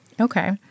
Okay